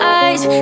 eyes